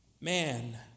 man